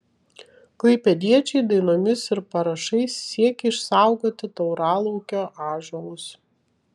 klaipėdiečiai dainomis ir parašais siekia išsaugoti tauralaukio ąžuolus